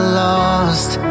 lost